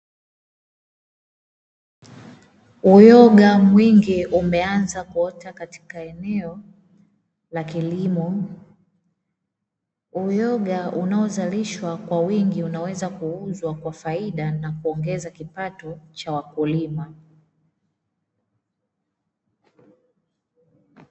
Uyoga mwingi umeanza kuota katika eneo la kilimo, uyoga unaozalishwa kwa wingi unaweza kuuzwa kwa faida na kuongeza kipato cha wakulima.